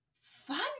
fun